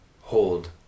hold